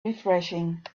refreshing